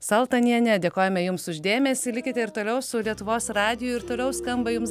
saltonienė dėkojame jums už dėmesį likite ir toliau su lietuvos radiju ir toliau skamba jums